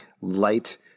light